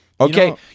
Okay